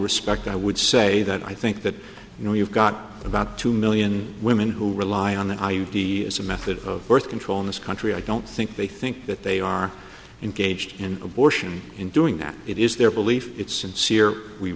respect i would say that i think that you know you've got about two million women who rely on an i u d as a method of birth control in this country i don't think they think that they are engaged in abortion in doing that it is their belief it's sincere we